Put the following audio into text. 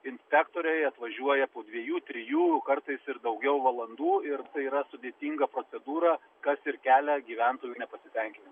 inspektoriai atvažiuoja po dviejų trijų kartais ir daugiau valandų ir tai yra sudėtinga procedūra kas ir kelia gyventojų nepasitenkinimą